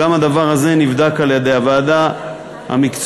גם הדבר הזה נבדק על-ידי הוועדה המקצועית,